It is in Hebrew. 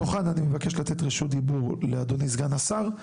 בתוכן אני מבקש לתת רשות דיבור לאדוני סגן השר,